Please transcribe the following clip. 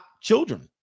children